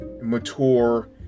mature